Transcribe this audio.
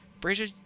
Brazier